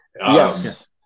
Yes